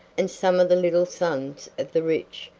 and some of the little sons of the rich,